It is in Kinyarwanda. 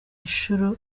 inshuro